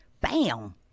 bam